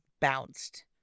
Bounced